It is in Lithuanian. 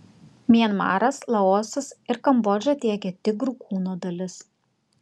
mianmaras laosas ir kambodža tiekia tigrų kūno dalis